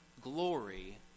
glory